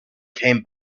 came